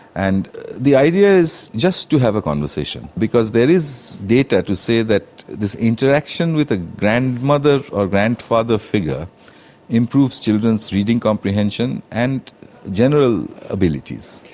and the idea is just to have a conversation, because there is data to say that this interaction with the grandmother or grandfather figure improves children's reading comprehension and general abilities.